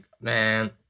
man